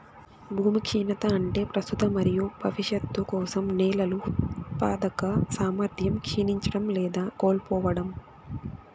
భూమి క్షీణత అంటే ప్రస్తుత మరియు భవిష్యత్తు కోసం నేలల ఉత్పాదక సామర్థ్యం క్షీణించడం లేదా కోల్పోవడం